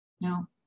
No